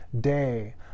day